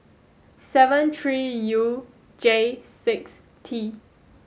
seven three U J six T